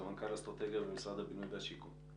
סמנכ"ל אסטרטגיה במשרד הבינוי והשיכון.